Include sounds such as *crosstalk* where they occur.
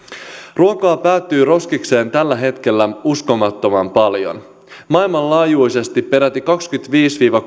ruokaa päätyy roskikseen tällä hetkellä uskomattoman paljon maailmanlaajuisesti peräti kaksikymmentäviisi viiva *unintelligible*